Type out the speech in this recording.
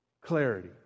Clarity